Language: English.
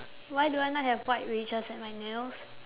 why do I not have white wedges at my nails